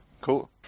Cool